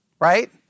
right